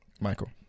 Michael